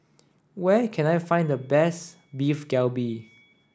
where can I find the best Beef Galbi